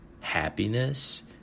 happiness